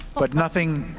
but nothing,